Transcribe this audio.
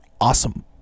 awesome